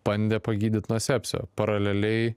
bandė pagydyt nuo sepsio paraleliai